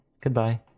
Goodbye